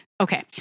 Okay